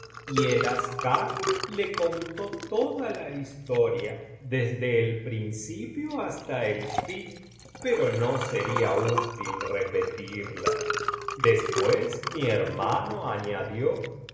y el asehar le contó toda la historia desde el principio hasta el fin pero no sería útil repetirla después mi hermano añadió